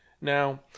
Now